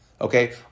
okay